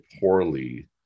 poorly